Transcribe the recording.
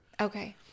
okay